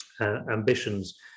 ambitions